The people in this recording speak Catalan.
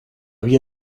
via